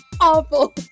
awful